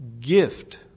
gift